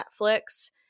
Netflix